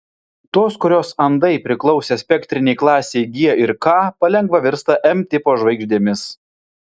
tos kurios andai priklausė spektrinei klasei g ir k palengva virsta m tipo žvaigždėmis